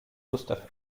gustav